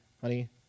honey